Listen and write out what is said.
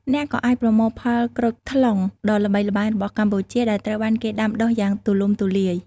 អ្នកក៏អាចប្រមូលផលក្រូចថ្លុងដ៏ល្បីល្បាញរបស់កម្ពុជាដែលត្រូវបានគេដាំដុះយ៉ាងទូលំទូលាយ។